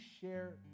share